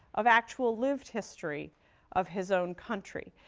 of actual lived history of his own country.